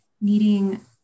needing